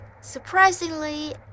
Surprisingly